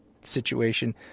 situation